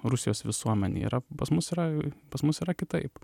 rusijos visuomenei yra pas mus yra pas mus yra kitaip